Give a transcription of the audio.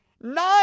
Nine